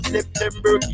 September